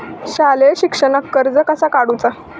शालेय शिक्षणाक कर्ज कसा काढूचा?